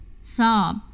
sob